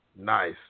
Nice